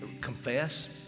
confess